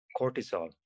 cortisol